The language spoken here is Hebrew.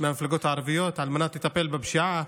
מהמפלגות הערביות על מנת לטפל בפשיעה.